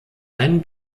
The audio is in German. einen